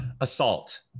assault